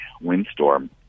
windstorm